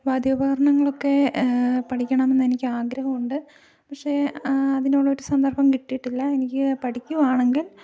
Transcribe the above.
വാദ്യോപകരണങ്ങളൊക്കെ പഠിക്കണം എന്ന് എനിക്ക് ആഗ്രഹമുണ്ട് പക്ഷേ അതിനുള്ളൊരു സന്ദർഭം കിട്ടിയിട്ടില്ല എനിക്ക് പഠിക്കുവാണെങ്കിൽ